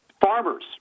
Farmers